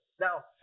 Now